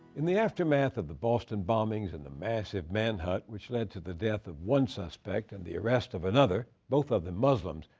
in the aftermath of the boston bombings and the massive manhunt which led to the death of one suspect and the arrest of another, both of them muslims,